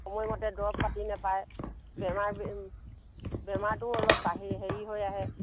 সময়মতে দৰৱ পাতি নেপায় বেমাৰ বেমাৰটো অলপ বাঢ়ি হেৰি হৈ আহে